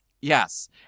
Yes